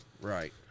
Right